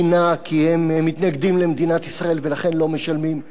כי הם מתנגדים למדינת ישראל ולכן לא משלמים מס,